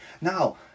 Now